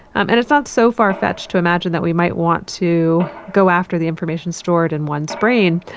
um and it's not so far-fetched to imagine that we might want to go after the information stored in one's brain.